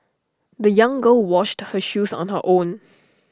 the young girl washed her shoes on her own